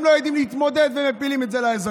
הם לא יודעים להתמודד ומפילים את זה על האזרחים.